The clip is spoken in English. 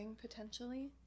potentially